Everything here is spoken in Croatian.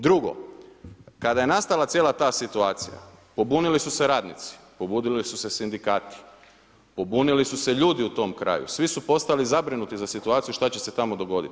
Drugo, kada je nastala cijela ta situacija, pobunili su se radnici, pobunili su se sindikati, pobunili su se ljudi u tom kraju, svi su postali zabrinuti za situaciju što će se tamo dogoditi.